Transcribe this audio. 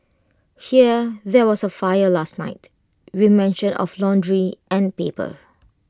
hear there was A fire last night with mention of laundry and paper